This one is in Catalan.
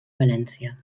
valència